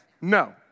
no